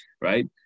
right